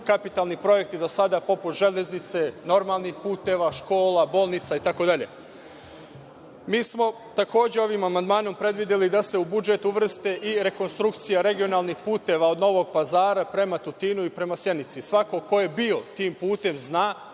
kapitalni projekti do sada, poput Železnice, normalnih puteva, škola, bolnica, itd. Mi smo takođe ovim amandmanom predvideli da se u budžet uvrste i rekonstrukcija regionalnih puteva od Novog Pazara prema Tutinu i prema Sjenici. Svako ko je bio tim putem zna